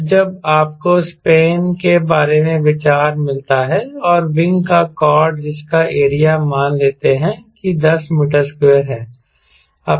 अब जब आपको स्पैन के बारे में विचार मिलता है और विंग का कॉर्ड जिसका एरिया मान लेते हैं कि 10 m2 है